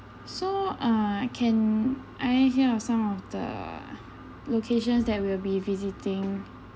so uh can I hear of some of the locations that will be visiting